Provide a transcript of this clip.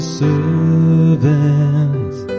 servants